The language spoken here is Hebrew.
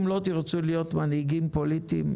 אם לא תרצו להיות מנהיגים פוליטיים,